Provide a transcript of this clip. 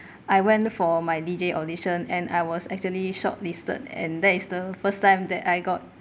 I went for my deejay audition and I was actually shortlisted and that is the first time that I got